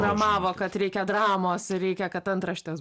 ramavo kad reikia dramos reikia kad antraštės